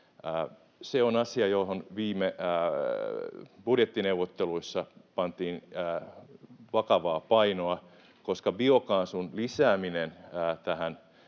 Se on asia, johon viime budjettineuvotteluissa pantiin vakavaa painoa, koska biokaasun lisääminen tähän